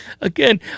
again